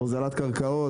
הוזלת קרקעות,